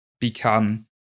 become